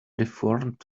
deformed